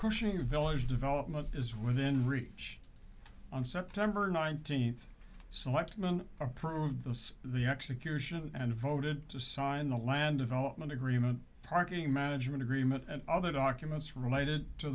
the village development is within reach on september nineteenth selectmen approved this the execution and voted to sign the land development agreement parking management agreement and other documents related to